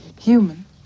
human